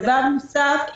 דבר נוסף,